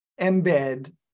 embed